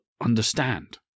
understand